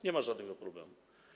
Nie ma żadnego problemu.